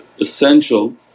essential